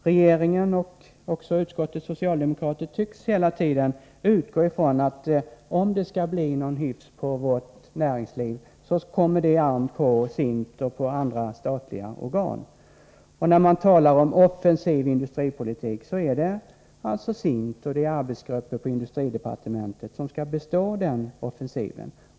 Regeringen och utskottets socialdemokrater tycks hela tiden utgå från att om det skall bli någon hyfs på vårt näringsliv kommer det an på SIND och andra statliga organ. Och när man talar om offensiv industripolitik är det SIND och arbetsgrupper på industridepartementet som skall bestå den offensiven.